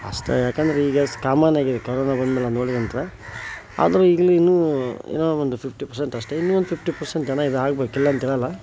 ಅಷ್ಟು ಯಾಕೆಂದ್ರೆ ಈಗ ಕಾಮನ್ ಆಗಿದೆ ಕರೋನಾ ಬಂದ ಮೇಲೆ ನೋಡೀನಂದ್ರೆ ಆದರೂ ಈಗ್ಲೂ ಏನೋ ಒಂದು ಫಿಫ್ಟಿ ಪರ್ಸೆಂಟ್ ಅಷ್ಟೇ ಇನ್ನೂ ಒಂದು ಫಿಫ್ಟಿ ಪರ್ಸೆಂಟ್ ಜನ ಇದು ಆಗ್ಬೇಕು ಇಲ್ಲ ಅಂತ ಹೇಳೋಲ್ಲ